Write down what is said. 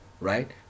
right